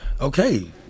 Okay